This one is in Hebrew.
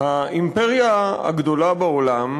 האימפריה הגדולה בעולם,